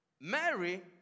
Mary